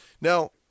Now